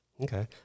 Okay